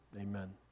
amen